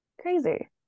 crazy